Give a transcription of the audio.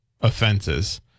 offenses